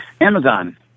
amazon